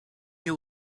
you